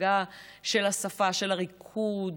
ההנהגה של השפה של הריקוד,